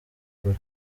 kure